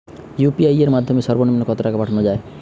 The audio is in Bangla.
ইউ.পি.আই এর মাধ্যমে সর্ব নিম্ন কত টাকা পাঠানো য়ায়?